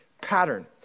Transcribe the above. pattern